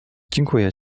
dziękuję